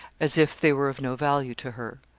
as if they were of no value to her.